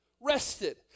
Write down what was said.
rested